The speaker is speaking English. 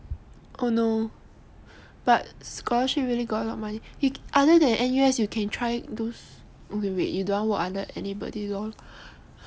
oh no but scholarship really got a lot of money you other than N_U_S you can try those wait wait you don't want to work under anybody lol